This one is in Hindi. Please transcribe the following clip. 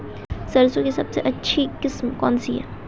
सरसों की सबसे अच्छी किस्म कौन सी है?